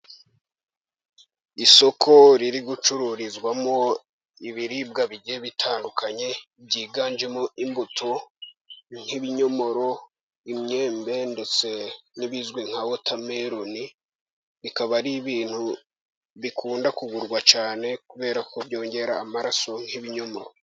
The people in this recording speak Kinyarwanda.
Isoko riri gucururizwamo ibiribwa bitandukanye byiganjemo imbuto nk'ibinyomoro, imyembe ndetse n'ibizwi nka wotameloni bikaba ari ibintu bikunda kugurwa cyane kubera ko byongera amaraso nk'ibinyomoro.